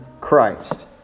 Christ